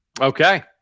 Okay